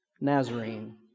Nazarene